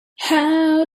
how